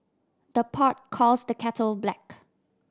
the pot calls the kettle black